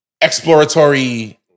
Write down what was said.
exploratory